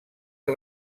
que